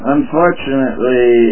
Unfortunately